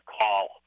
call